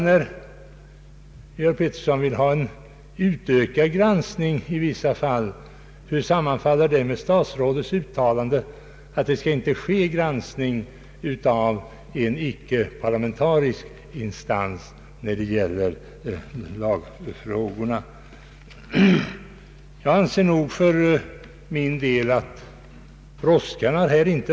När herr Pettersson nu vill ha en utökad granskning i vissa fall, så skulle jag vilja fråga hur detta sammanfaller med statsrådets uttalande att granskning av en icke parlamentarisk instans inte skall förekomma när det gäller lagfrågor.